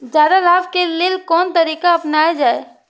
जादे लाभ के लेल कोन तरीका अपनायल जाय?